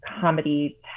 comedy